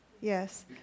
Yes